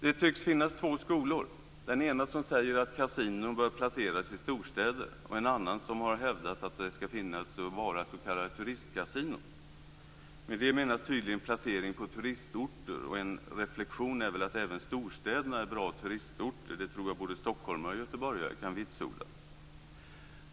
Det tycks finnas två skolor: den ena som säger att kasinon bör placeras i storstäder och en annan som har hävdat att de skall vara s.k. turistkasinon. Med det menas tydligen placering på turistorter. En reflexion är väl att även storstäderna är bra turistorter. Det tror att jag både stockholmare och göteborgare kan vitsorda.